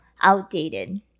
outdated